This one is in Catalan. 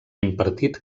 impartit